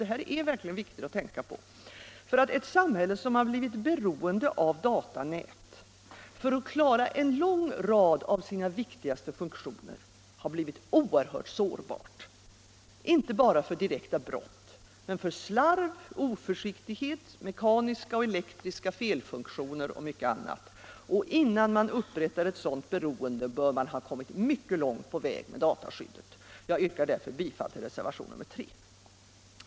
Det här är verkligen viktigt att tänka på, eftersom ett samhälle som har blivit beroende av datanät för att klara en lång rad av sina viktigaste funktioner har blivit oerhört sårbart, inte bara för direkta brott utan också för slarv, oförsiktighet, mekaniska och elektriska felfunktioner och mycket annat. Innan man upprättar ett sådant beroende, bör man ha kommit mycket långt på väg med dataskyddet. Jag yrkar därför bifall till reservationen 3.